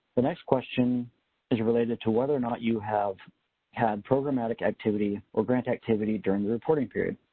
the next question is related to whether or not you have had programmatic activity or grant activity during the reporting period.